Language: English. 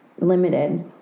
limited